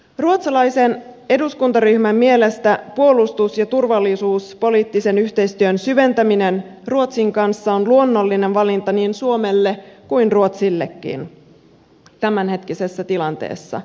ruotsalaisen eduskuntaryhmän mielestä puolustus ja turvallisuuspoliittisen yhteistyön syventäminen ruotsin kanssa on luonnollinen valinta niin suomelle kuin ruotsillekin tämänhetkisessä tilanteessa